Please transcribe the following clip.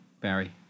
Barry